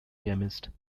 chemist